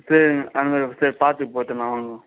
சரிங்க அந்த மாதிரி சரி பார்த்து போட்டுக்கலாம் வாங்க